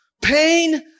pain